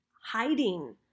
hiding